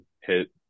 hit